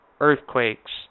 earthquakes